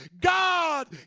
God